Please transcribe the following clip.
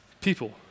People